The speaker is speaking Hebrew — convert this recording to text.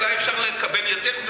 אולי אפשר לקבל יותר.